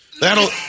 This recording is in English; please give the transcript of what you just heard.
That'll